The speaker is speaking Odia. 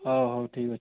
ହଉ ହଉ ଠିକ୍ ଅଛି